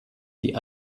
die